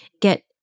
get